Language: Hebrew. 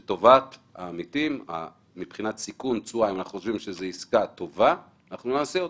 אם אנחנו חושבים שזו עסקה טובה מבחינת סיכון-תשואה - אנחנו נעשה אותה.